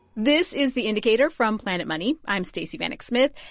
this is the indicator from planet money. i'm stacey vanek smith,